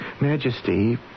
Majesty